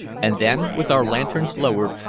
and then, with our lanterns lowered,